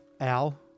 Al